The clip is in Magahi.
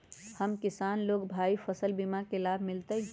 हम किसान भाई लोग फसल बीमा के लाभ मिलतई?